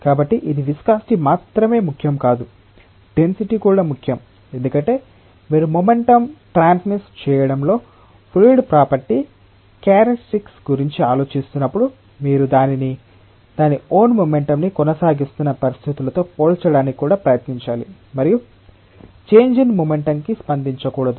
కాబట్టి ఇది విస్కాసిటి మాత్రమే ముఖ్యం కాదు డెన్సిటి కూడా ముఖ్యం ఎందుకంటే మీరు మొమెంటం ట్రాన్స్మిట్ చేయడంలో ఫ్లూయిడ్ ప్రాపర్టీ క్యారెక్టర్స్టిక్స్ గురించి ఆలోచిస్తున్నప్పుడు మీరు దానిని దాని ఓన్ మొమెంటం ని కొనసాగిస్తున్న పరిస్థితులతో పోల్చడానికి కూడా ప్రయత్నించాలి మరియు చేంజ్ ఇన్ మొమెంటం కి స్పందించకూడదు